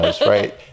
right